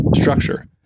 structure